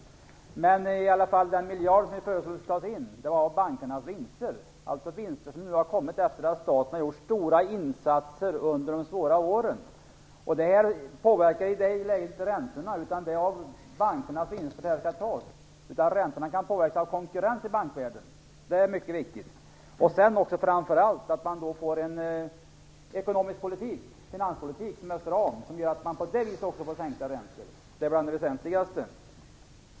Den miljard som ni föreslår skall dras in gäller bankernas vinster som uppstått efter det att staten gjort stora insatser under de svåra åren. Det påverkar inte räntorna, utan det är av bankernas vinster som dessa pengar skall tas. Räntorna kan påverkas av konkurrens i bankvärlden. Det är mycket viktigt. Det är framför allt viktigt med en ekonomisk politik och finanspolitik som gör att man får sänkta räntor. Det är bland det väsentligaste.